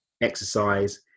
exercise